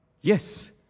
Yes